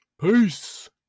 Peace